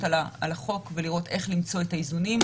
על החוק וראיה איך למצוא את האיזונים,